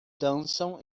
dançam